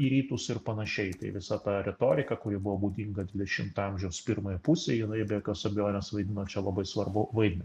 į rytus ir panašiai tai visa ta retorika kuri buvo būdinga dvidešimto amžiaus pirmai pusei jinai be jokios abejonės vaidino čia labai svarbų vaidmenį